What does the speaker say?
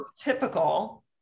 typical